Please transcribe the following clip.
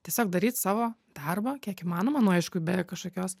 tiesiog daryt savo darbą kiek įmanoma nu aišku be kažkokios